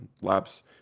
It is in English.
Labs